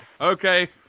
okay